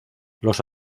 los